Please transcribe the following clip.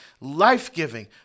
life-giving